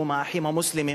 שהוא מ"האחים המוסלמים"